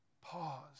pause